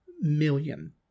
million